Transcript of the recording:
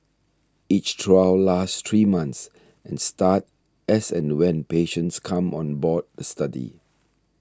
each trial lasts three months and start as and when patients come on board a study